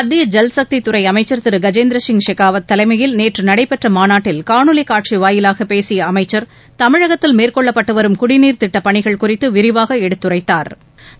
மத்திய ஜல் சக்தித் துறை அமைச்சர் திரு கஜேந்திர சிய் ஷெகாவத் தலைமையில் நேற்று நடைபெற்ற மாநாட்டில் காணொலி காட்சி வாயிலாக பேசிய அமைச்ச் தமிழகத்தில் மேற்கொள்ளப்பட்டு வரும் குடிநீர் திட்ட பணிகள் குறித்து விரிவாக எடுத்துரைத்தாா்